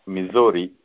Missouri